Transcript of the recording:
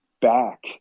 back